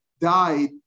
died